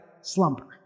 slumber